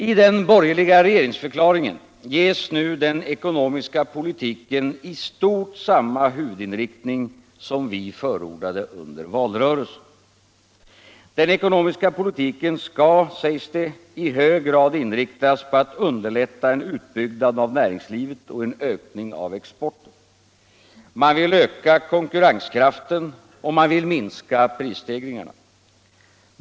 I den borgerliga regeringsförklaringen ges nu den ekonomiska politiken i stort samma huvudinriktning som vi förordade under valrörelsen. Den ekonomiska politiken skall, sägs det, i hög grad inriktas på att underlätta en utbyggnad av näringslivet och en ökning av exporten. Man vill öka konkurrenskraften och minska prisstegringarna.